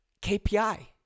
KPI